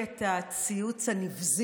שלוש דקות לרשותך, בבקשה.